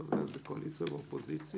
כמובן, זה קואליציה ואופוזיציה